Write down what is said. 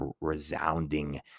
resounding